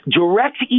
direct